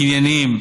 קנייניים